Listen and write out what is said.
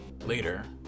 Later